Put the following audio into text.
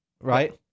Right